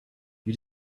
you